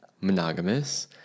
monogamous